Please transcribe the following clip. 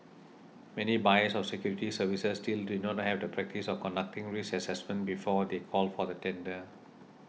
many buyers of security services still do not have the practice of conducting risk assessments before they call for tender